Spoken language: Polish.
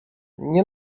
nie